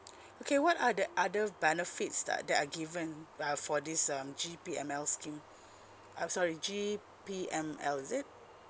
okay what are the other benefits that that are given uh for this um G_P_M_L scheme uh sorry G_P_M_L is it